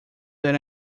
that